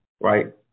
right